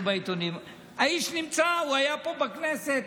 האיש נמצא, הוא היה פה בכנסת